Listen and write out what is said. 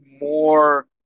more